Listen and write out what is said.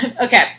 Okay